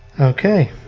Okay